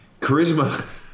Charisma